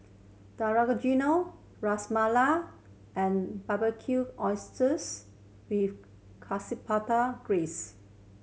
Dangojiru Ras Malai and Barbecued Oysters with Chipotle Glaze